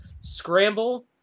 Scramble